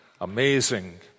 amazing